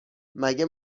مگه